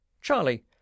Charlie